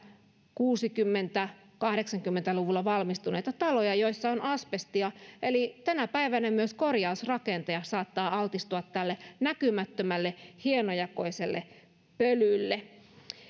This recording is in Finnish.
kuusikymmentä viiva kahdeksankymmentä luvulla valmistuneita taloja joissa on asbestia eli tänä päivänä myös korjausrakentaja saattaa altistua tälle näkymättömälle hienojakoiselle pölylle